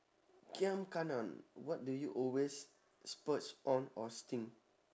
what do you always splurge on or sting